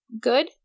good